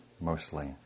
mostly